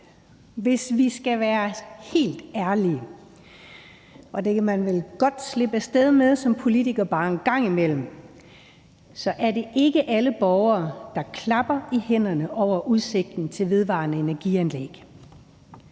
Hvis vi skal være helt ærlige, og det kan man vel godt slippe af sted med som politiker bare en gang imellem, så er det ikke alle borgere, der klapper i hænderne over udsigten til vedvarende energi-anlæg.